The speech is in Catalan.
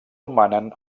romanen